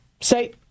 Say